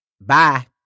Bye